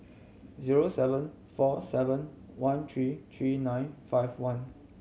zero seven four seven one three three nine five one